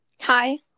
Hi